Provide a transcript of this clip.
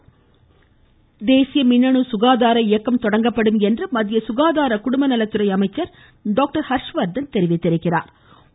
ஹர்ஷ் வர்த்தன் தேசிய மின்னணு சுகாதார இயக்கம் தொடங்கப்படும் என்று மத்திய சுகாதார குடும்பலநலத்துறை அமைச்சர் டாக்டர் ஹர்ஷ் வர்த்தன் தெரிவித்துள்ளா்